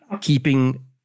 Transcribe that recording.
keeping